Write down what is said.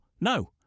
No